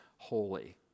Holy